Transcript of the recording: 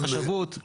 נציג חשבות.